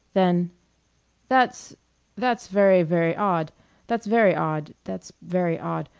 then that's that's very, very odd that's very odd that's very odd.